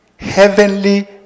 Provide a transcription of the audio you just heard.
Heavenly